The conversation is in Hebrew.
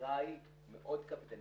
הבחירה היא מאוד קפדנית.